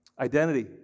Identity